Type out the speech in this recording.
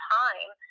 time